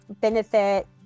benefit